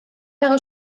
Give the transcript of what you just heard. jahre